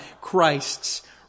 Christ's